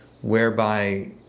whereby